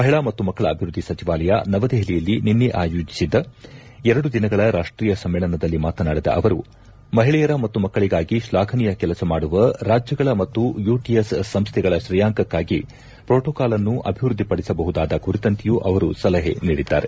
ಮಹಿಳಾ ಮತ್ತು ಮಕ್ಕಳ ಅಭಿವೃದ್ಧಿ ಸಚಿವಾಲಯ ನವದೆಹಲಿಯಲ್ಲಿ ನಿನ್ನೆ ಆಯೋಜಿಸಿದ್ದ ಎರಡು ದಿನಗಳ ರಾಷ್ಟೀಯ ಸಮ್ಮೇಳನದಲ್ಲಿ ಮಾತನಾಡಿದ ಅವರು ಮಹಿಳೆಯರ ಮತ್ತು ಮಕ್ಕಳಗಾಗಿ ಶ್ಲಾಘನೀಯ ಕೆಲಸ ಮಾಡುವ ರಾಜ್ಯಗಳ ಮತ್ತು ಯುಟಿಎಸ್ ಸಂಸ್ಥೆಗಳ ಶ್ರೇಯಾಂಕಕ್ಕಾಗಿ ಪೋಟೊಕಾಲ್ ಅನ್ನು ಅಭಿವೃದ್ಧಿಪಡಿಸಬಹುದಾದ ಕುರಿತಂತೆಯೂ ಅವರು ಸಲಹೆ ನೀಡಿದ್ದಾರೆ